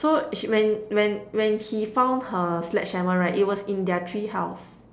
so she when when when he found her sledgehammer right it was in their treehouse